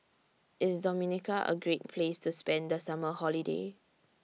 IS Dominica A Great Place to spend The Summer Holiday